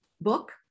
book